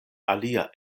alia